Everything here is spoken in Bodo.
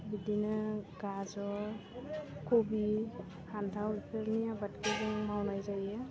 बिदिनो गाजर कबि फान्थाव बेफोरनि आबादखौ जों मावनाय जायो